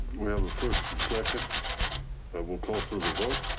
we have a first and second. i will call for the vote.